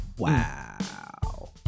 Wow